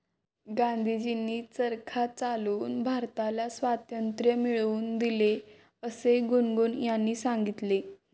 गांधीजींनी चरखा चालवून भारताला स्वातंत्र्य मिळवून दिले असे गुनगुन यांनी सांगितले